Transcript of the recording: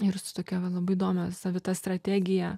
ir su tokia va labai įdomia savita strategija